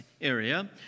area